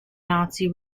nazi